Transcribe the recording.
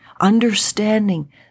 understanding